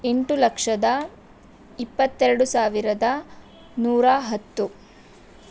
ಎಂಟು ಲಕ್ಷದ ಇಪ್ಪತ್ತೆರಡು ಸಾವಿರದ ನೂರ ಹತ್ತು